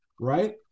right